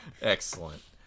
Excellent